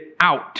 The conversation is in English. out